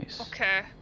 okay